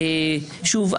שוב,